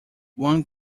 one